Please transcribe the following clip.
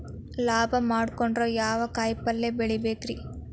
ಲಾಭ ಮಾಡಕೊಂಡ್ರ ಯಾವ ಕಾಯಿಪಲ್ಯ ಬೆಳಿಬೇಕ್ರೇ?